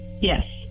Yes